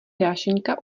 dášeňka